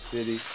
City